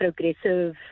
progressive